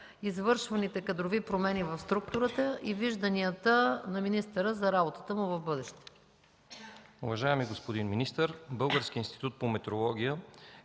извършваните кадрови промени в структурата и вижданията на министъра за работата му в бъдеще.